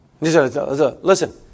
Listen